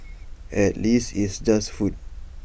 at least it's just food